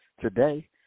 today